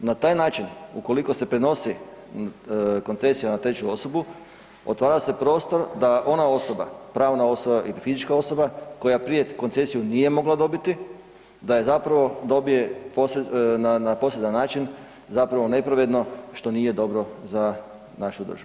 Na taj način ukoliko se prenosi koncesija na treću osobu, otvara se prostor da ona osoba pravna osoba i fizička osoba koja prije koncesiju nije mogla dobiti da je zapravo dobije na … način zapravo nepravedno što nije dobro za našu državu.